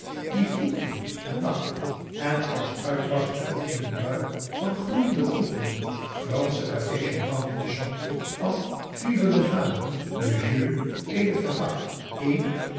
die vloekte en lachte en als uitbarstend in een bui van gloeiende kroegjool fransche café-chantant liedjes zong van vive le vin le